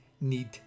need